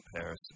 Paris